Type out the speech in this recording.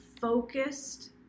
focused